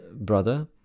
brother